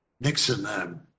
Nixon